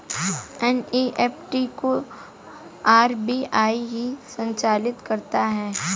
NEFT को RBI ही संचालित करता है